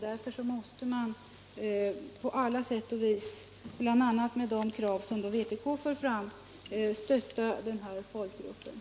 Därför måste man på alla sätt och vis — bl.a. genom att tillgodose de krav som vpk för fram — stötta denna folkgrupp.